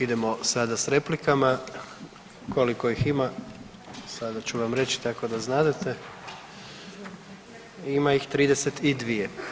Idemo sada s replikama, koliko ih ima, sada ću vam reći tako da znadete, ima ih 32.